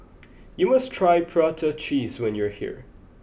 you must try Prata Cheese when you are here